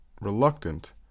reluctant